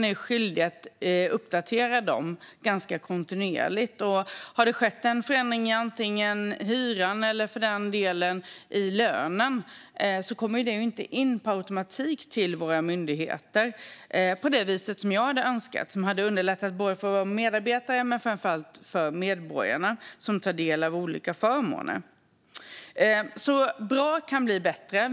Man är skyldig att uppdatera uppgifterna ganska kontinuerligt. Har det skett en förändring av hyran eller, för den delen, av lönen kommer det inte in per automatik till våra myndigheter på det vis som jag hade önskat. Det hade underlättat för medarbetare och framför allt för de medborgare som tar del av olika förmåner. Bra kan bli bättre.